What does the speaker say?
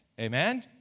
Amen